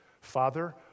Father